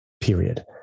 period